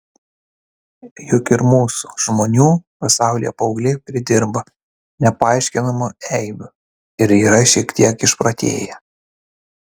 juk ir mūsų žmonių pasaulyje paaugliai pridirba nepaaiškinamų eibių ir yra šiek tiek išprotėję